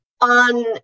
on